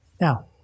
Now